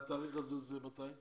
והתאריך הזה, מתי?